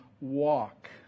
walk